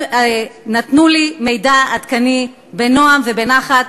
נתנו לי מידע עדכני בנועם ובנחת,